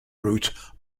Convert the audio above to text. route